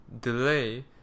delay